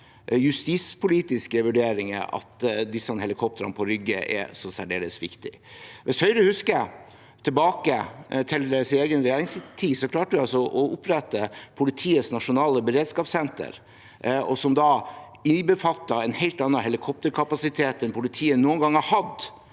justispolitiske vurderinger, for at disse helikoptrene på Rygge er særdeles viktige. Hvis Høyre husker tilbake til sin egen regjerings tid, klarte de altså å opprette Politiets nasjonale beredskapssenter, som innbefattet en helt annen helikopterkapasitet enn politiet noen gang har